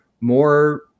more